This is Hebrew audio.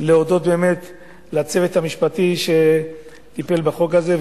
להודות באמת לצוות המשפטי שטיפל בחוק הזה,